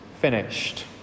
finished